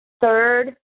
Third